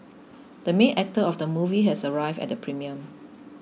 the main actor of the movie has arrived at the premiere